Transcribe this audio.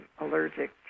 allergic